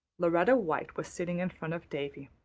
lauretta white was sitting in front of davy,